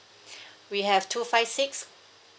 we have two five six